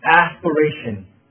aspiration